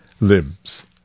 limbs